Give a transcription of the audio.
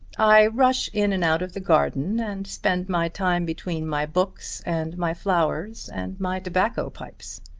i rush in and out of the garden and spend my time between my books and my flowers and my tobacco pipes.